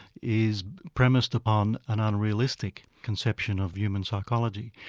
is premised upon an unrealistic conception of human psychology,